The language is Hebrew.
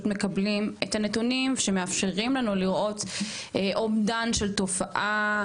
מקבלים את הנתונים שמאפשרים לנו לראות אומדן של תופעה,